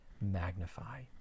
magnify